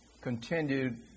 continued